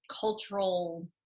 cultural